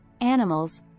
animals